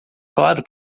claro